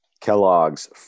Kellogg's